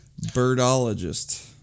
Birdologist